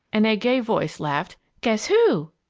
and a gay voice laughed guess who!